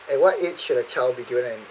at what age should a child be given an